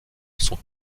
sont